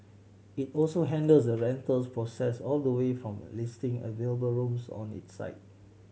it also handles the rentals process all the way from listing available rooms on its site